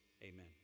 Amen